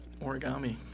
Origami